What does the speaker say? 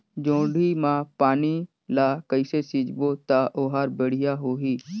जोणी मा पानी ला कइसे सिंचबो ता ओहार बेडिया होही?